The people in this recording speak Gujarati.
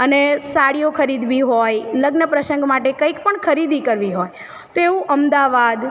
અને સાડીઓ ખરીદવી હોય લગ્ન પ્રસંગ માટે કંઇક પણ ખરીદી કરવી હોય તો એવું અમદાવાદ